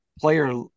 player